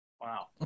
Wow